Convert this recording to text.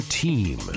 team